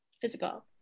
physical